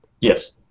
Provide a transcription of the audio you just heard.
Yes